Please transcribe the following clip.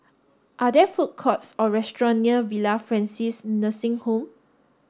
are there food courts or restaurant near Villa Francis Nursing Home